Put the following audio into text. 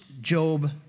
Job